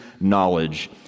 knowledge